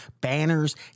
banners